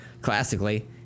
Classically